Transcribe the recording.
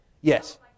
Yes